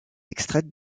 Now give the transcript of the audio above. extraite